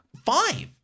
Five